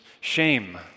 shame